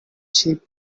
cheap